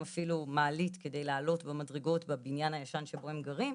אפילו מעלית כדי לעלות במדרגות בבניין הישן שבו הם גרים,